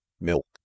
milk